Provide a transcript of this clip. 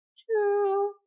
two